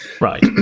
Right